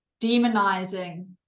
demonizing